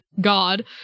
God